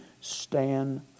stand